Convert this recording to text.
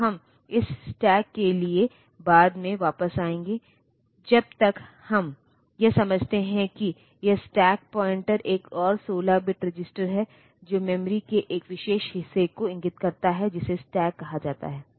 तो हम इस स्टैक के लिए बाद में वापस आएंगे जब तक हम यह समझते हैं कि यह स्टैक पॉइंटर एक और 16 बिट रजिस्टर है जो मेमोरी के एक विशेष हिस्से को इंगित करता है जिसे स्टैक कहा जाता है